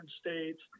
states